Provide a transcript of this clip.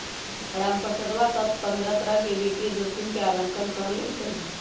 रामप्रसादवा सब प्तरह के वित्तीय जोखिम के आंकलन कर लेल कई है